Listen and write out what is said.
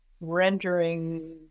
rendering